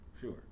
Sure